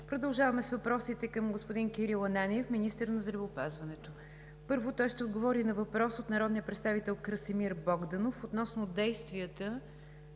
Продължаваме с въпросите към господин Кирил Ананиев – министър на здравеопазването. Първо той ще отговори на въпрос от народния представител Красимир Богданов относно действията